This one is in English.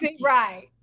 Right